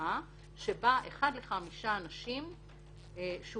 לתוצאה שבה אחד לחמישה אנשים שהוא